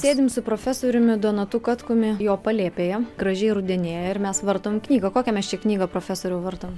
sėdim su profesoriumi donatu katkumi jo palėpėje gražiai rudenėja ir mes vartom knygą kokią mes čia knygą profesoriau vartom